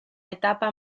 etapa